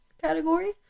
category